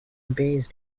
obeys